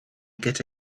get